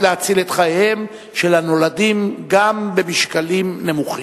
להציל את חייהם של הנולדים גם במשקלים נמוכים.